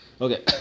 Okay